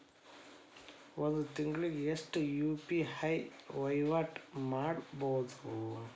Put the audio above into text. ಒಂದ್ ತಿಂಗಳಿಗೆ ಎಷ್ಟ ಯು.ಪಿ.ಐ ವಹಿವಾಟ ಮಾಡಬೋದು?